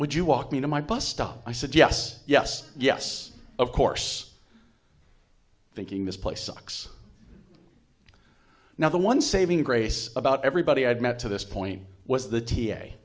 would you walk me to my bus stop i said yes yes yes of course thinking this place sucks now the one saving grace about everybody i've met to this point was the t